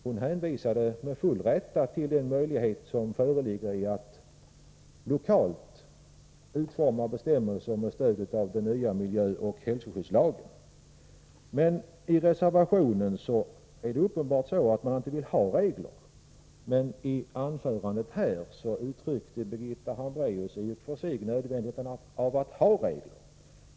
Hon hänvisade med full rätt till den möjlighet som föreligger att lokalt utforma bestämmelser med stöd av den nya miljöoch hälsoskyddslagen. Men i reservationen är det uppenbart att man inte vill ha regler. I anförandet uttryckte Birgitta Hambraeus i och för sig nödvändigheten av att ha regler.